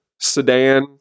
sedan